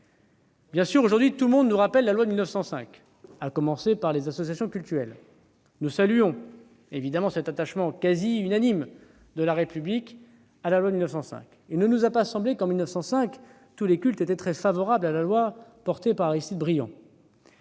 Bien sûr, aujourd'hui, tout le monde nous rappelle la loi de 1905, à commencer par les associations cultuelles. Nous saluons évidemment cet attachement quasi unanime de la République à ce texte. Il ne nous a cependant pas semblé qu'en 1905 tous les cultes étaient très favorables à la loi portée par Aristide Briand